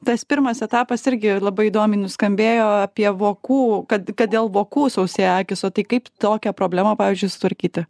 tas pirmas etapas irgi labai įdomiai nuskambėjo apie vokų kad kad dėl vokų sausėja akys o tai kaip tokią problemą pavyzdžiui sutvarkyti